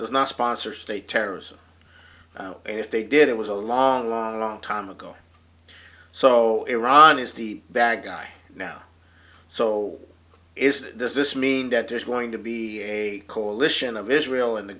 does not sponsor state terrorism and if they did it was a long long long time ago so iran is the bad guy now so is this mean that there's going to be a coalition of israel in the